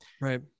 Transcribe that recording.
right